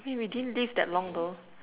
I mean we didn't live that long though